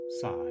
side